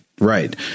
Right